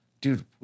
dude